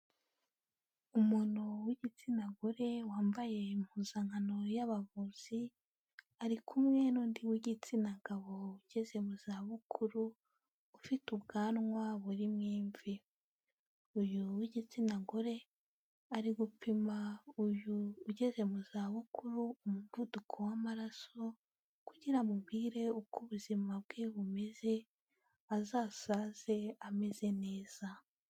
Umuntu w'igitsina gore wambaye impuzankano y'abavuzi ari kumwe n'undi w'igitsina gabo ugeze mu zabukuru ufite ubwanwa burimo imvi. Uyu w'igitsina gore ari gupima uyu ugeze mu zabukuru umuvuduko w'amaraso kugira amubwire uko ubuzima bwe bumeze azasaze ameze neza.